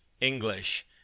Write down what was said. English